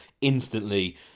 instantly